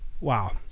wow